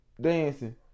dancing